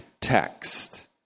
text